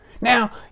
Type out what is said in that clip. Now